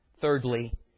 Thirdly